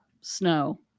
snow